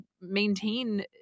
maintain